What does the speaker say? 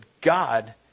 God